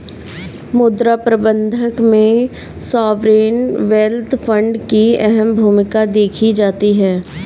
मुद्रा प्रबन्धन में सॉवरेन वेल्थ फंड की अहम भूमिका देखी जाती है